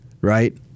Right